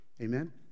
Amen